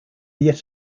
yet